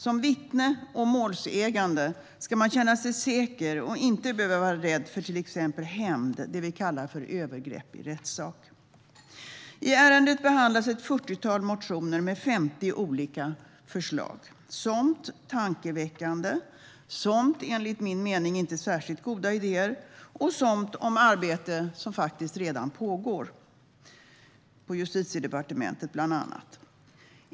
Som vittne och målsägande ska man känna sig säker och inte behöva vara rädd för till exempel hämnd, alltså det vi kallar övergrepp i rättssak. I ärendet behandlas ett fyrtiotal motioner med 50 olika förslag. Somt är tankeväckande, somt är enligt min mening inte särskilt goda idéer och somt handlar om arbete som faktiskt redan pågår, bland annat på Justitiedepartementet.